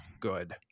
good